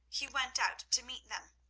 he went out to meet them.